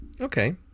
Okay